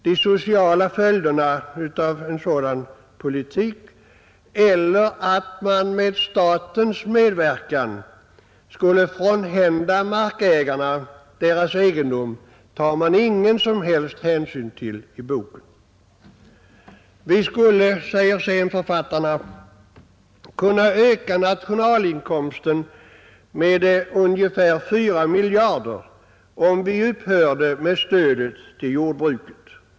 De sociala följderna av en sådan politik, och att man med statens medverkan skulle frånhända markägarna deras egendom, tas det ingen som helst hänsyn till i boken. Vi skulle, säger sedan författarna, kunna öka nationalinkomsten med ungefär 4 miljarder om vi upphörde med stödet till jordbruket.